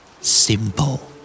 Simple